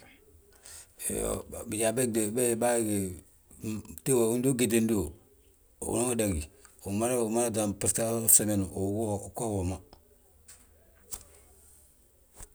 Iyoo. bi- bijaa bégde babége, tiw ndu ugétidiwi, unanwi dagi u- ummada to basg han somen uggawu woma.